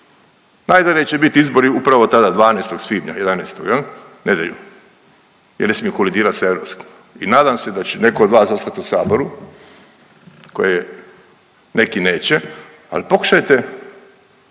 najdalje će bit izbori upravo tada 12. svibnja, 11. jel, u nedjelju jel ne smiju kolidirat sa europskim i nadam se da će netko od vas ostat u saboru koje, neki neće, al pokušajte